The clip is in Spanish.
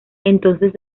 entonces